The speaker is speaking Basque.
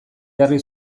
jarri